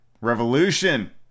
Revolution